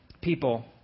people